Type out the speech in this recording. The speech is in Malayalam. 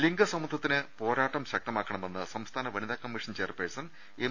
ലിംഗ സമത്പത്തിന് പോരാട്ടം ശക്തമാക്കണമെന്ന് സംസ്ഥാന വനിതാ കമ്മീഷൻ ചെയർപേഴ്സൺ എം